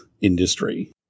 industry